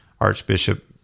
Archbishop